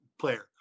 player